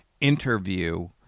interview